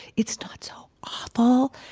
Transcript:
it's not so awful.